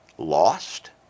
lost